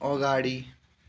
अगाडि